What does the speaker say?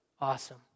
Awesome